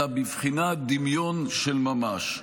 אלא בבחינת דמיון של ממש,